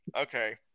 Okay